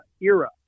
era